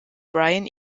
brian